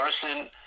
person